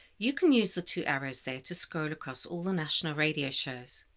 you can use the two arrows there to scroll across all the national radio shows.